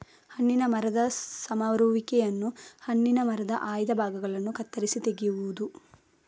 ಹಣ್ಣಿನ ಮರದ ಸಮರುವಿಕೆಯನ್ನು ಹಣ್ಣಿನ ಮರದ ಆಯ್ದ ಭಾಗಗಳನ್ನು ಕತ್ತರಿಸಿ ತೆಗೆಯುವುದು